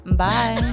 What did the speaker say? bye